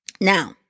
Now